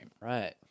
right